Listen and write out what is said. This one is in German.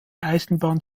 eisenbahn